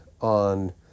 on